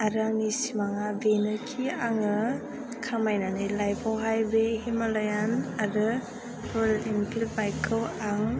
आरो आंनि सिमाङा बेनोखि आङो खामायनानै लाइफआवहाय बे हिमालयान आरो रयेन एनफिल बाइकखौ आं